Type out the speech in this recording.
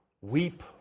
weep